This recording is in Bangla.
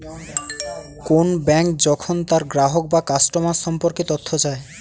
কোন ব্যাঙ্ক যখন তার গ্রাহক বা কাস্টমার সম্পর্কে তথ্য চায়